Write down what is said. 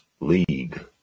League